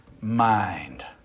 mind